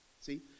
see